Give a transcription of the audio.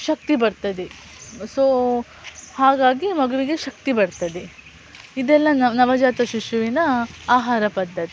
ಶಕ್ತಿ ಬರ್ತದೆ ಸೊ ಹಾಗಾಗಿ ಮಗುವಿಗೆ ಶಕ್ತಿ ಬರ್ತದೆ ಇದೆಲ್ಲ ನವಜಾತ ಶಿಶುವಿನ ಆಹಾರ ಪದ್ಧತಿ